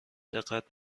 دقت